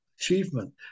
achievement